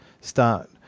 start